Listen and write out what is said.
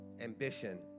ambition